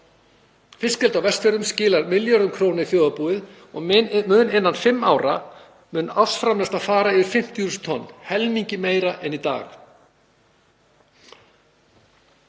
Fiskeldi á Vestfjörðum skilar milljörðum króna í þjóðarbúið og innan fimm ára mun ársframleiðsla fara yfir 50.000 tonn, helmingi meira en í dag.